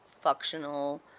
functional